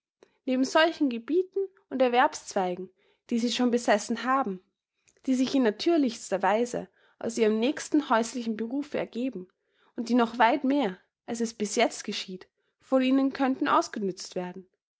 neben solchen gebieten und erwerbszweigen die sie schon besessen haben die sich in natürlichster weise aus ihrem nächsten häuslichen berufe ergeben und die noch weit mehr als es bis jetzt geschieht von ihnen könnten ausgenützt werden